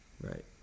right